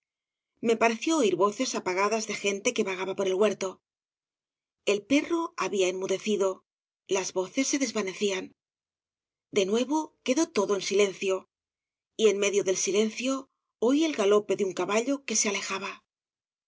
me pareció oir voces apagadas de gente que vagaba por el huerto el perro había enmudecido las voces se desvanecían de nuevo quedó todo en silencio y en medio del silencio oí el galope de un caballo que se alejaba